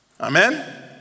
Amen